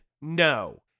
No